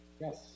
yes